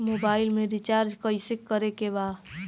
Mobile में recharge कइसे करे के बा?